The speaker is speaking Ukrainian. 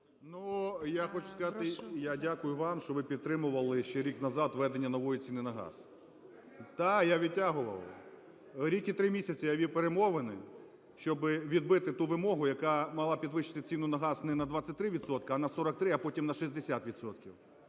я хочу сказати, я дякую вам, що ви підтримували ще рік назад введення нової ціни на газ. Да, я відтягував. Рік і 3 місяці я вів перемовини, щоби відбити ту вимогу, яка мала підвищити ціну на газ не на 23 відсотки, а на 43, а потім на 60